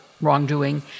wrongdoing